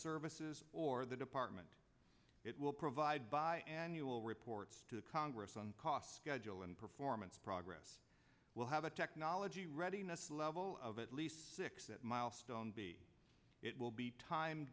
services or the department it will provide by annual reports to congress on cost schedule and performance progress will have a technology readiness level of at least six that milestone be it will be time